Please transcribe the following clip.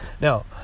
now